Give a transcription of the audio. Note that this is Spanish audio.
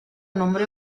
nombró